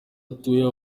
atuye